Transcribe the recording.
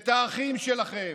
את האחים שלכם.